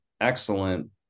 excellent